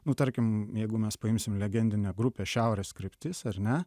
nu tarkim jeigu mes paimsim legendinę grupę šiaurės kryptis ar ne